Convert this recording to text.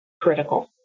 critical